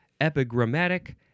epigrammatic